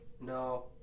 No